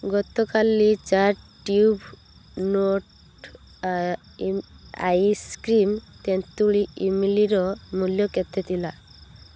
ଗତକାଲି ଚାର୍ଟ ଟ୍ୟୁବ୍ ନୋଟ୍ ଆଇମ ଆଇସକ୍ରିମ୍ ତେନ୍ତୁଳି ଇମ୍ଲିର ମୂଲ୍ୟ କେତେ ଥିଲା